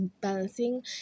balancing